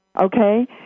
okay